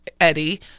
Eddie